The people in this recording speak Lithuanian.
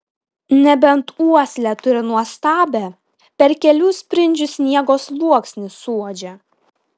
nebent uoslę turi nuostabią per kelių sprindžių sniego sluoksnį suuodžia